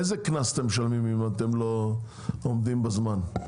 איזה קנס אתם משלמים אם אתם לא עומדים בזמן?